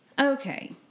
Okay